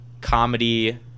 comedy